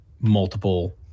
multiple